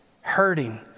hurting